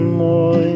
more